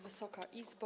Wysoka Izbo!